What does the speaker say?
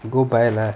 go buy lah